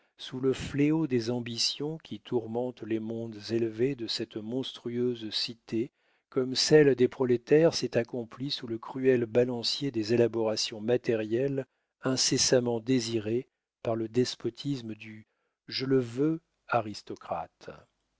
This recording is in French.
sous le fléau des ambitions qui tourmentent les mondes élevés de cette monstrueuse cité comme celle des prolétaires s'est accomplie sous le cruel balancier des élaborations matérielles incessamment désirées par le despotisme du je le veux aristocrate